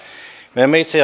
me emme itse